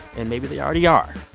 and maybe they already are.